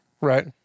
Right